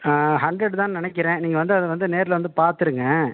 hundred தான்னு நினைக்கிறேன் நீங்கள் வந்து அதை வந்து நேரில் வந்து பார்த்துடுங்க